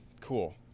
cool